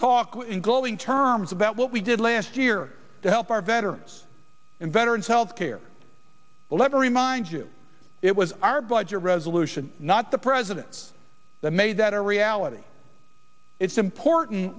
talk in glowing terms about what we did last year to help our veterans and veterans health care let me remind you it was our budget resolution not the president's that made that a reality it's important